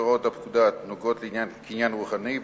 את הוראות הפקודה הנוגעות לקניין רוחני,